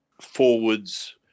forwards